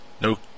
No